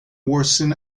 worsen